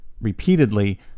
repeatedly